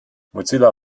mozilla